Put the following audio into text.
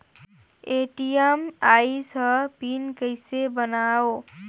ATM आइस ह pin कइसे बनाओ?